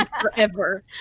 forever